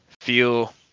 feel